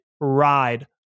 ride